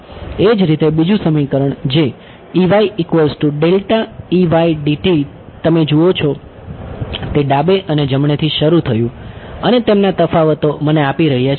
એ જ રીતે બીજું સમીકરણ જે તમે જુઓ છો તે ડાબે અને જમણેથી શરૂ થયું અને તેમના તફાવતો મને આ આપી રહ્યા છે